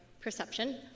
perception